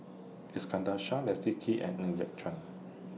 Iskandar Shah Leslie Kee and Ng Yat Chuan